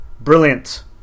Brilliant